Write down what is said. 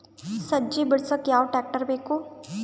ಸಜ್ಜಿ ಬಿಡಸಕ ಯಾವ್ ಟ್ರ್ಯಾಕ್ಟರ್ ಬೇಕು?